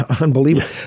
unbelievable